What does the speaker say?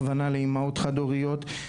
הכוונה לאימהות חד-הוריות,